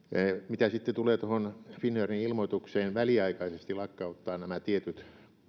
mitä sitten tulee tuohon finnairin ilmoitukseen väliaikaisesti lakkauttaa nämä tietyt